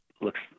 looks